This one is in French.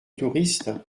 touriste